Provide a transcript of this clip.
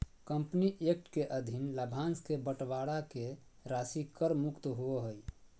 company act के अधीन लाभांश के बंटवारा के राशि कर मुक्त होबो हइ